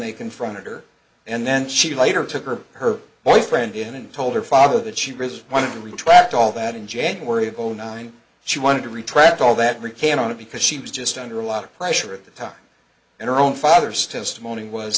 they confronted her and then she later took her her boyfriend in and told her father that she really wanted to retract all that in january of zero nine she wanted to retract all that recant on it because she was just under a lot of pressure of the time and her own father's testimony was